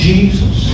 Jesus